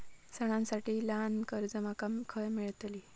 सणांसाठी ल्हान कर्जा माका खय मेळतली?